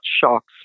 shocks